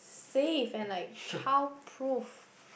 safe and like childproof